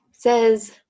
says